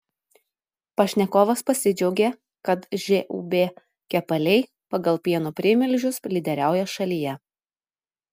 pašnekovas pasidžiaugė kad žūb kepaliai pagal pieno primilžius lyderiauja šalyje